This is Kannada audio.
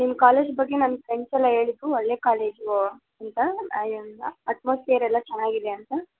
ನಿಮ್ಮ ಕಾಲೇಜ್ ಬಗ್ಗೆ ನನ್ನ ಫ್ರೆಂಡ್ಸ್ ಎಲ್ಲ ಹೇಳಿದರು ಒಳ್ಳೆಯ ಕಾಲೇಜೂ ಅಂತ ಅಟ್ಮೋಸ್ಪಿಯರ್ ಎಲ್ಲ ಚೆನ್ನಾಗಿದೆ ಅಂತ